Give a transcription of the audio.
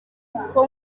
kuko